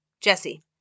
Jesse